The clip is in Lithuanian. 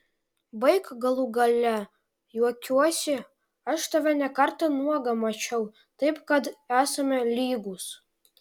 baik galų gale juokiuosi aš tave ne kartą nuogą mačiau taip kad esame lygūs